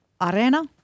Arena